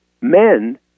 Men